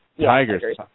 Tigers